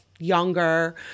younger